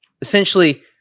essentially